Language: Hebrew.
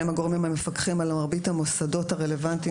שהם הגורמים המפקחים על מרבית המוסדות הרלוונטיים